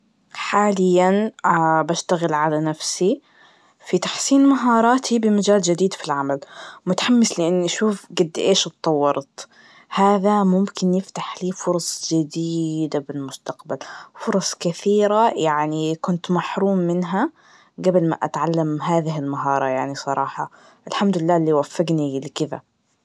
حالياً بشتغل على نفسي, في تحسين مهاراتي بمجال جديد في العمل, ومتحمس لإني اشوف قد إيش اتطورت, هذا ممكن يفتح لي فرص جديدة بالمستقبل, فرص كثيرة يعني كنت محروم منها قبل ما أتعلم هذه المهارة يعني بصراحة, الحمد لله اللي وفجني لكد.